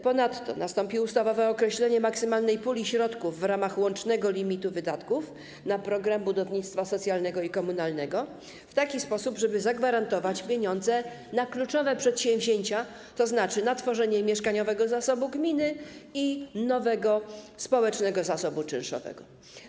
Ponadto nastąpi ustawowe określenie maksymalnej puli środków w ramach łącznego limitu wydatków na program budownictwa socjalnego i komunalnego w taki sposób, żeby zagwarantować pieniądze na kluczowe przedsięwzięcia, tzn. na tworzenie mieszkaniowego zasobu gminy i nowego społecznego zasobu czynszowego.